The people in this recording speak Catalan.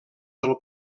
del